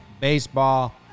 baseball